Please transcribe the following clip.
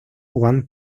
one